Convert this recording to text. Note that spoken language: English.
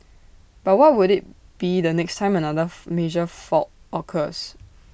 but what would IT be the next time another major fault occurs